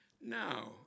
Now